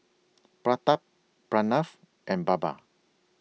Pratap Pranav and Baba